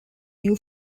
new